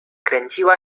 kręciła